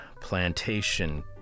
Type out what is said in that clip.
plantation